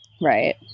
Right